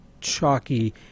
chalky